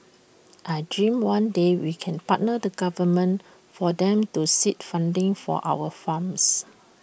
I dream that one day we can partner the government for them to seed funding for our farms